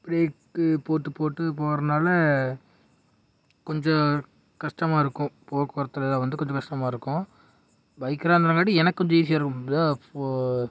brake போட்டு போட்டு போகறனால கொஞ்சம் கஸ்டமாக இருக்கும் போக்குவரத்தில் வந்து கொஞ்சம் கஸ்டமாக இருக்கும் பைக்கராக இருந்தங்காட்டி எனக்கு கொஞ்சம் ஈஸியாக இருக்கும் எப்படியோ ஃபோ